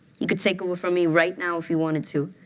he could take over for me right now if he wanted to.